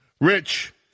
Rich